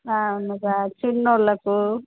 అవునురా చిన్న వాళ్ళకు